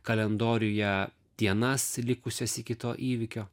kalendoriuje dienas likusias iki to įvykio